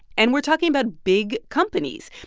and we're talking about big companies.